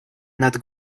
not